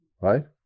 Right